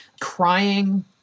crying